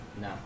No